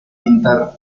pintar